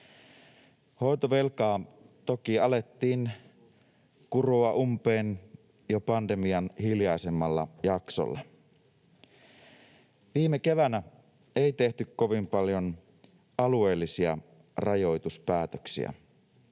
Hoitovelkaa toki alettiin kuroa umpeen jo pandemian hiljaisemmalla jaksolla. Viime keväänä ei tehty kovin paljon alueellisia rajoituspäätöksiä.